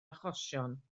achosion